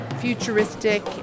futuristic